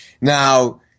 Now